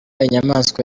inyamaswa